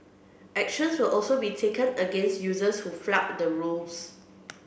actions will also be taken against users who flout the rules